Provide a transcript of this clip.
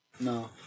No